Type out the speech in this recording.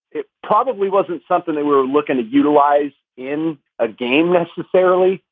it probably wasn't something they were looking to utilize in a game necessarily.